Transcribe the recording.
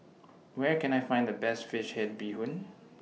Where Can I Find The Best Fish Head Bee Hoon